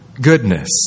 goodness